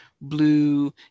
Blue